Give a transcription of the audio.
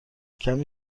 کمی